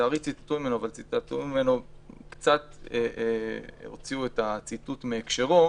שציטטו ממנו אבל לצערי קצת הוציאו את הציטוט מהקשר,